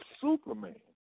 Superman